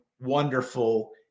wonderful